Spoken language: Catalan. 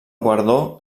guardó